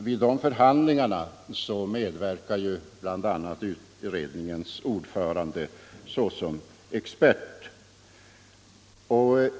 Vid dessa förhandlingar medverkade bl.a. ut redningens ordförande som expert.